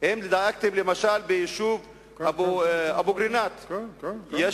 האם דאגתם למשל ביישוב אבו-קורינאת, כן, כן, כן.